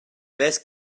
best